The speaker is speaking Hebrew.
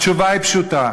התשובה היא פשוטה: